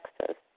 Texas